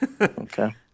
Okay